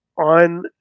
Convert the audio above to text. On